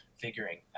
figuring